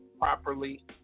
properly